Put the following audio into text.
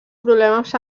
problemes